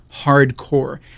Hardcore